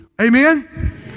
Amen